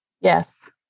yes